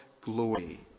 glory